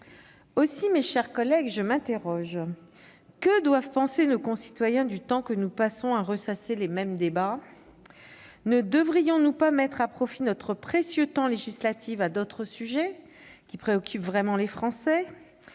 Aussi, mes chers collègues, je m'interroge : que doivent penser nos concitoyens du temps que nous passons à ressasser les mêmes questions ? Ne devrions-nous pas consacrer notre précieux temps législatif à d'autres sujets qui préoccupent réellement les Français ?